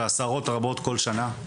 עשרות רבות כל שנה.